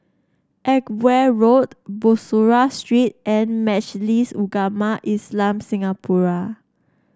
Edgeware Road Bussorah Street and Majlis Ugama Islam Singapura